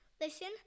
listen